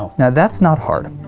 ah now, that's not hard,